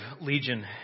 Legion